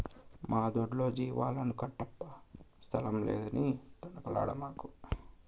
మా దొడ్లో జీవాలను కట్టప్పా స్థలం లేదని తనకలాడమాకు